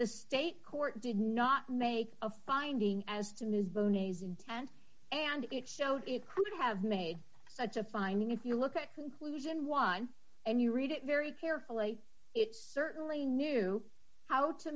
the state court did not make a finding as to ms boney's intent and it showed it could have made such a finding if you look at conclusion one and you read it very carefully it's certainly knew how to